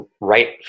right